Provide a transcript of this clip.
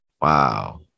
Wow